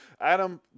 Adam